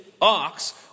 ox